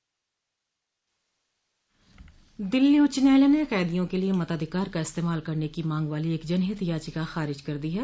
दिल्ली उच्च न्यायालय ने कदियों के लिए मताधिकार का इस्तेमाल करने की मांग वाली एक जनहित याचिका खारिज कर दी है